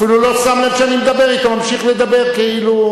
הוא אפילו לא שם לב שאני מדבר אתו והוא ממשיך לדבר כאילו,